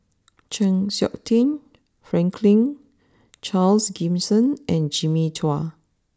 Chng Seok Tin Franklin Charles Gimson and Jimmy Chua